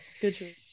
Good